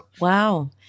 Wow